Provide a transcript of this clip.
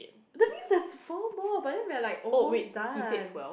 that means there's four more but then we are like almost done